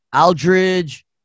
Aldridge